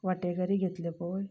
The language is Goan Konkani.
वांटेकरी घेतले पळय